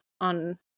on